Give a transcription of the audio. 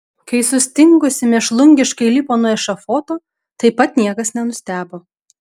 kai sustingusi mėšlungiškai lipo nuo ešafoto taip pat niekas nenustebo